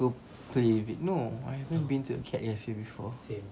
go play with it no I haven't been to a cat cafe before